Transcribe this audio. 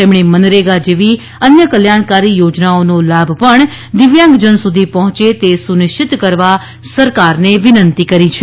તેમણે મનરેગા જેવી અન્ય કલ્યાણકારી યોજનાઓનો લાભ પણ દિવ્યાંગજન સુધી પહોંચે તે સુનિશ્ચિત કરવા સરકારને વિનંતી કરી છે